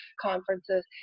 conferences